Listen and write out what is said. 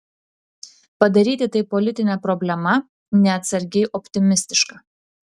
padaryti tai politine problema neatsargiai optimistiška